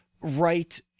Right